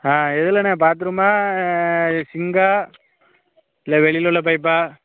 ஆ எதிலண்ணே பாத்ரூமா சிங்கா இல்லை வெளியில் உள்ள பைப்பா